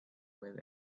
with